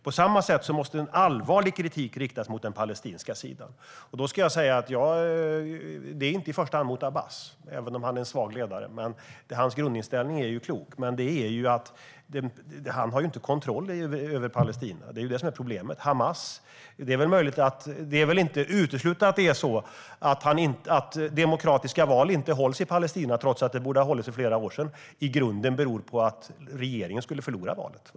På samma sätt måste en allvarlig kritik riktas mot den palestinska sidan, inte i första hand mot Abbas, även om han är en svag ledare. Abbas grundinställning är klok, men han har ju inte kontroll över Palestina. Det är det som är problemet. Det är väl inte uteslutet att grunden för att demokratiska val inte hålls i Palestina - trots att det borde ha hållits för flera år sedan - är att regeringen skulle förlora valet.